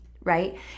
right